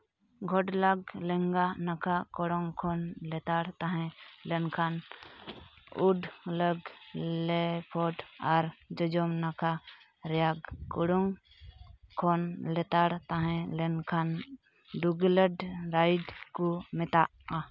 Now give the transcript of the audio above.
ᱜᱷᱚᱰᱞᱟᱜ ᱞᱮᱸᱜᱟ ᱱᱟᱠᱷᱟ ᱠᱚᱬ ᱠᱷᱚᱱ ᱞᱮᱛᱟᱲ ᱛᱟᱦᱮᱱ ᱞᱮᱱᱠᱷᱟᱱ ᱩᱰ ᱞᱚᱜᱽ ᱞᱮᱯᱷᱚᱴ ᱟᱨ ᱡᱚᱡᱚᱢ ᱱᱟᱠᱷᱟ ᱨᱮᱭᱟᱜ ᱠᱳᱲᱚᱝ ᱠᱷᱚᱱ ᱞᱮᱛᱟᱲ ᱛᱟᱦᱮᱸ ᱞᱮᱱᱠᱷᱟᱱ ᱰᱩᱜᱞᱮᱰ ᱨᱟᱭᱤᱰ ᱠᱚ ᱢᱮᱛᱟᱜᱼᱟ